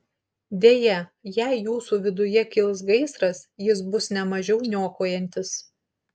deja jei jūsų viduje kils gaisras jis bus ne mažiau niokojantis